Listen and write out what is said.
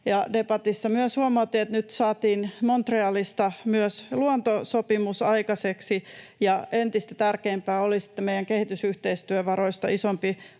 Debatissa myös huomautin, että nyt saatiin Montrealista myös luontosopimus aikaiseksi, ja entistä tärkeämpää olisi, että meidän kehitysyhteistyövaroista isompi